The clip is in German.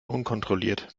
unkontrolliert